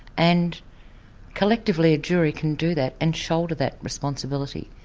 and collectively a jury can do that, and shoulder that responsibility.